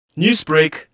Newsbreak